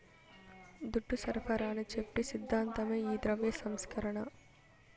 దుడ్డు సరఫరాని చెప్పి సిద్ధాంతమే ఈ ద్రవ్య సంస్కరణ